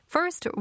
First